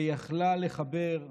ויכלה לחבר,